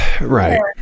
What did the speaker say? right